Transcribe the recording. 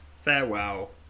farewell